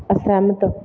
ਅਸਹਿਮਤ